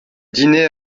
dîners